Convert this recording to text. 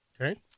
Okay